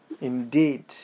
Indeed